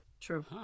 true